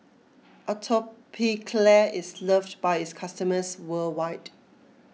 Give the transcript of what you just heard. Atopiclair is loved by its customers worldwide